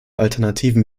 alternativen